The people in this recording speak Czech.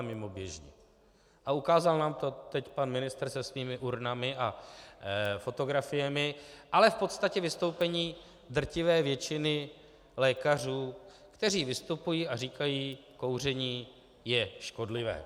A ukázal nám to teď pan ministr se svými urnami a fotografiemi, ale v podstatě vystoupení drtivé většiny lékařů, kteří vystupují a říkají: kouření je škodlivé.